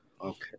Okay